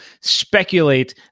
speculate